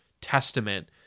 testament